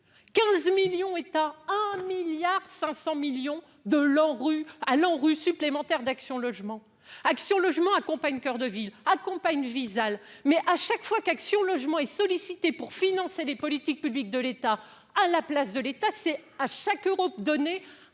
500 millions de leur rue allant rue supplémentaire d'Action Logement Action Logement accompagne coeur de ville accompagne Visale mais à chaque fois qu'Action Logement est sollicité pour financer les politiques publiques de l'État à la place de l'État, c'est à chaque Europe donner